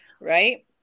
right